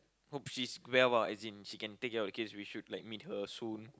hope she's well ah as in she can take care of the kids we should like meet her soon